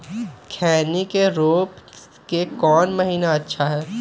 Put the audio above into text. खैनी के रोप के कौन महीना अच्छा है?